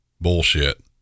bullshit